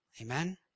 Amen